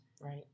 right